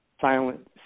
silent